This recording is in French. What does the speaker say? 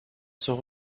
sont